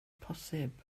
posib